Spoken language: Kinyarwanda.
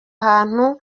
hantu